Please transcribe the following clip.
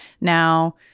now